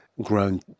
grown